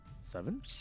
Seven